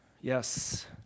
Yes